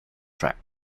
track